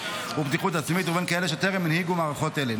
ובטיחות עצמית ובין כאלה שטרם הנהיגו מערכות אלה.